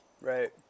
right